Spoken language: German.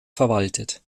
verwaltet